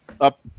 up